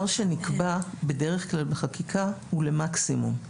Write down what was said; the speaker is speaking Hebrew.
שנקבע בדרך כלל בחקיקה הוא למקסימום.